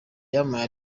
yampaye